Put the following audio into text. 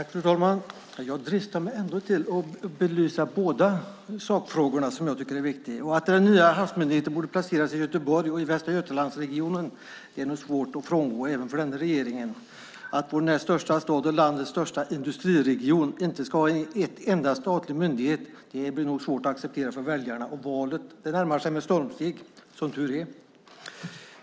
Fru talman! Jag dristar mig ändå till att belysa båda sakfrågorna som jag tycker är viktiga. Att den nya havsmyndigheten borde placeras i Göteborg och i Västra Götalandsregionen är svårt att frångå även för den här regeringen. Att vår näst största stad och landets största industriregion inte ska ha en enda statlig myndighet blir nog svårt att acceptera för väljarna. Valet närmar sig med stormsteg, som tur är.